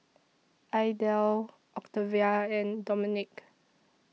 Idell Octavia and Dominik